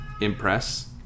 impress